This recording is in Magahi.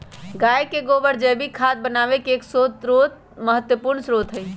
गाय के गोबर जैविक खाद बनावे के एक महत्वपूर्ण स्रोत हई